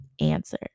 answer